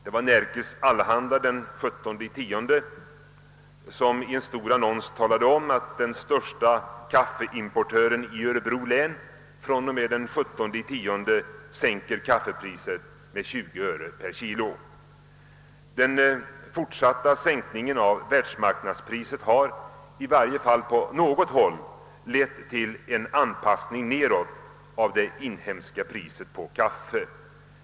I Nerikes Allehanda den 17 oktober omtalas i en stor annons, att den största kaffeimportören i Örebro län från och med den 17 oktober sänker kaffepriset med 20 öre per kilo. Den fortsatta sänkningen av världsmarknadspriset har tydligen i varje fall på något håll lett till en anpassning nedåt av det inhemska priset på kaffe.